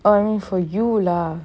I mean for you lah